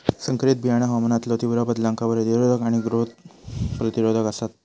संकरित बियाणा हवामानातलो तीव्र बदलांका प्रतिरोधक आणि रोग प्रतिरोधक आसात